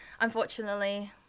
unfortunately